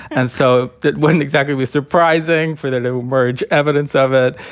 and so that wouldn't exactly be surprising for that two merge. evidence of it.